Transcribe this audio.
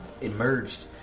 emerged